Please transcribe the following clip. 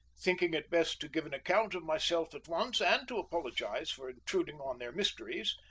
thinking it best to give an account of myself at once, and to apologize for intruding on their mysteries,